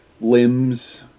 limbs